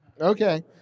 okay